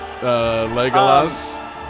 Legolas